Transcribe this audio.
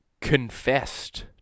confessed